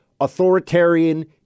authoritarian